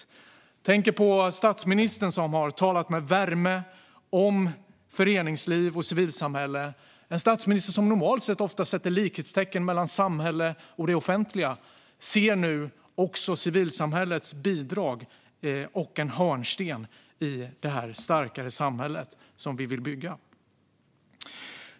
Jag tänker på statsministern, som har talat med värme om föreningsliv och civilsamhälle. En statsminister som normalt sett ofta sätter likhetstecken mellan samhälle och det offentliga ser nu också civilsamhällets bidrag som en hörnsten i det starkare samhälle som vi vill bygga.